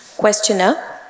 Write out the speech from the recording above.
Questioner